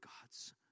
God's